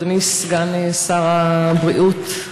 אדוני סגן שר הבריאות,